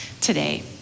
today